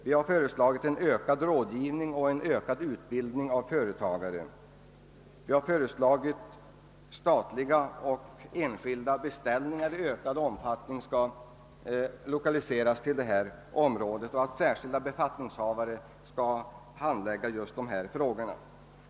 Vi har föreslagit en ökad rådgivning och en ökad utbildning av företagare, vi har föreslagit att statliga och enskilda beställningar i ökad omfattning skall lokaliseras till detta område och att särskilda befattningshavare skall handlägga just dessa frågor.